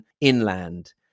inland